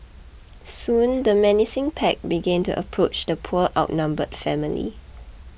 soon the menacing pack began to approach the poor outnumbered family